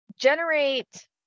generate